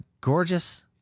gorgeous